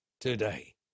today